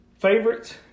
favorites